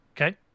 Okay